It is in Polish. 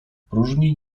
próżni